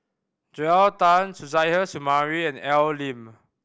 Joel Tan Suzairhe Sumari and Al Lim